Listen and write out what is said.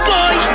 Boy